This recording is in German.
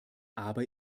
aber